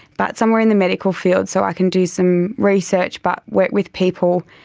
but somewhere in the medical field so i can do some research but work with people,